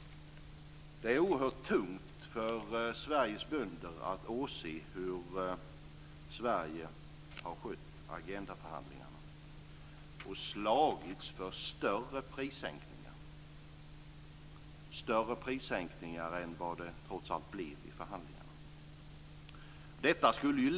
Det är oerhört tungt för Sveriges bönder att åse hur Sverige har skött agendaförhandlingarna och slagits för större prissänkningar än vad som trots allt blev fallet i jordbruksförhandlingarna.